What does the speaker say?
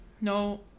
No